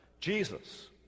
Jesus